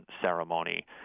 ceremony